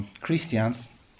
Christians